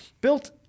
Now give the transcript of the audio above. Built